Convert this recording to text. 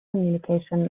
communication